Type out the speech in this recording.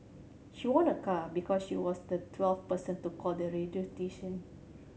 she won a car because she was the twelfth person to call the radio station